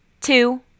two